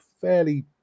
fairly